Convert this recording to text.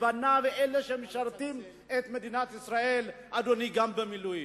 בניו הם אלה שמשרתים את מדינת ישראל גם במילואים.